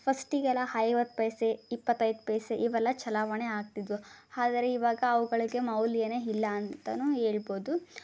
ಫಸ್ಟಿಗೆಲ್ಲ ಐವತ್ತು ಪೈಸೆ ಇಪ್ಪತ್ತೈದು ಪೈಸೆ ಇವೆಲ್ಲ ಚಲಾವಣೆ ಆಗ್ತಿದ್ದವು ಆದರೆ ಇವಾಗ ಅವುಗಳಿಗೆ ಮೌಲ್ಯವೇ ಇಲ್ಲ ಅಂತನೂ ಹೇಳ್ಬೌದು